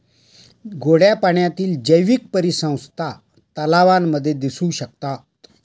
गोड्या पाण्यातील जैवीक परिसंस्था तलावांमध्ये दिसू शकतात